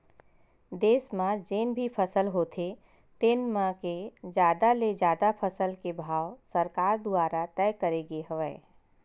देस म जेन भी फसल होथे तेन म के जादा ले जादा फसल के भाव सरकार दुवारा तय करे गे हवय